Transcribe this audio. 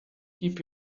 keep